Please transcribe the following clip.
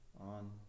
on